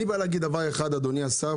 אני בא להגיד את הכרב שלי, אדוני השר.